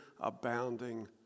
abounding